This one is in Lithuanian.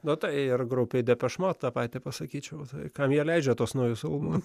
na tai ir grupei depeche mode tą patį pasakyčiau kam jie leidžia tuos naujus albumus